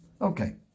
Okay